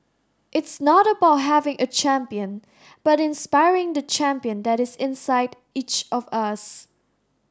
it's not about having a champion but inspiring the champion that is inside each of us